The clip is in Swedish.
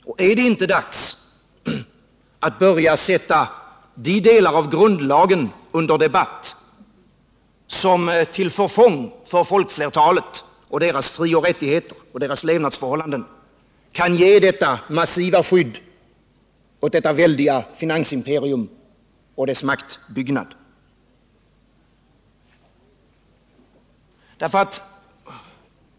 Och är det inte dags att börja sätta de delar av grundlagen under debatt som till förfång för folkflertalet och dess frioch rättigheter och dess levnadsförhållanden kan ge detta massiva skydd åt det väldiga finansimperiet och dess maktbyggnad?